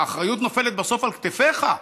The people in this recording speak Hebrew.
האחריות נופלת בסוף על כתפך,